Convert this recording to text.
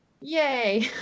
Yay